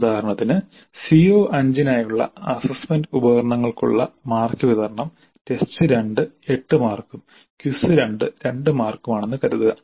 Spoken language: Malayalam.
ഉദാഹരണത്തിന് CO5 നായുള്ള അസ്സസ്സ്മെന്റ് ഉപകരണങ്ങൾക്കുള്ള മാർക്ക് വിതരണം ടെസ്റ്റ് 2 8 മാർക്കും ക്വിസ് 2 2 മാർക്കും ആണെന്ന് കരുതുക